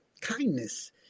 kindness